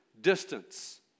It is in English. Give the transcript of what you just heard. distance